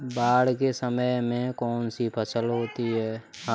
बाढ़ के समय में कौन सी फसल होती है?